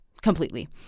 Completely